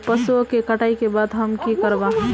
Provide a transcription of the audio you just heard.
पशुओं के कटाई के बाद हम की करवा?